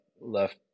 left